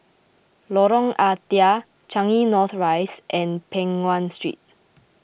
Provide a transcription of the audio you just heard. Lorong Ah Thia Changi North Rise and Peng Nguan Street